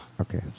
Okay